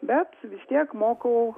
bet vis tiek mokau